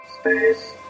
Space